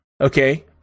Okay